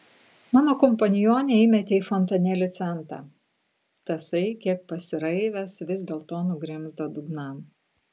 mano kompanionė įmetė į fontanėlį centą tasai kiek pasiraivęs vis dėlto nugrimzdo dugnan